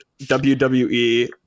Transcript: WWE